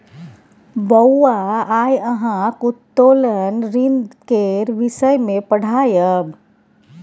बौआ आय अहाँक उत्तोलन ऋण केर विषय मे पढ़ायब